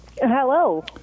Hello